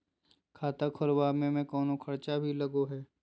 खाता खोलावे में कौनो खर्चा भी लगो है?